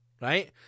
right